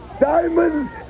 diamonds